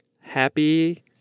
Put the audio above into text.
happy